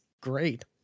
great